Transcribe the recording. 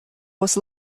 was